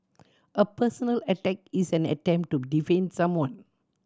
a personal attack is an attempt to defame someone